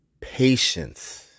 patience